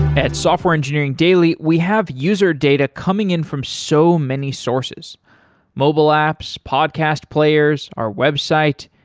at software engineering daily, we have user data coming in from so many sources mobile apps, podcast players, our website,